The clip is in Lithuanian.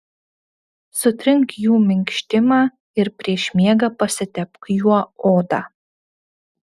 sutrink jų minkštimą ir prieš miegą pasitepk juo odą